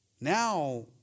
Now